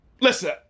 listen